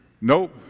Nope